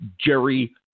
Jerry